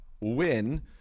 win